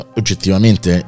oggettivamente